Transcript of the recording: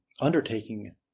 undertaking